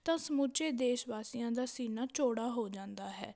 ਤਾਂ ਸਮੁੱਚੇ ਦੇਸ਼ ਵਾਸੀਆਂ ਦਾ ਸੀਨਾ ਚੌੜਾ ਹੋ ਜਾਂਦਾ ਹੈ